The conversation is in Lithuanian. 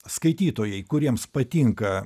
skaitytojai kuriems patinka